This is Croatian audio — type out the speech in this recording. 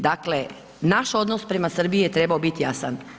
Dakle, naš odnos prema Srbiji je trebao biti jasan.